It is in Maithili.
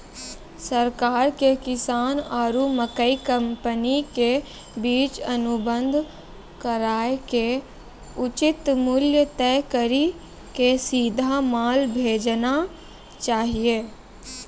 सरकार के किसान आरु मकई कंपनी के बीच अनुबंध कराय के उचित मूल्य तय कड़ी के सीधा माल भेजना चाहिए?